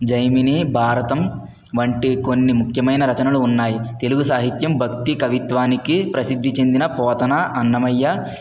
జైమిని భారతం వంటి కొన్ని ముఖ్యమైన రచనలు ఉన్నాయి తెలుగు సాహిత్యం భక్తి కవిత్వానికి ప్రసిద్ది చెందిన పోతన అన్నమయ్య